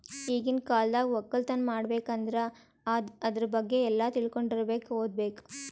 ಈಗಿನ್ ಕಾಲ್ದಾಗ ವಕ್ಕಲತನ್ ಮಾಡ್ಬೇಕ್ ಅಂದ್ರ ಆದ್ರ ಬಗ್ಗೆ ಎಲ್ಲಾ ತಿಳ್ಕೊಂಡಿರಬೇಕು ಓದ್ಬೇಕು